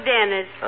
Dennis